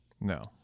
No